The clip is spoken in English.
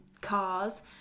cars